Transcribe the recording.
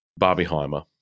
Barbieheimer